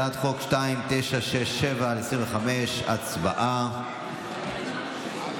הצעת חוק 2967/25. הצבעה.